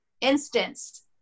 instance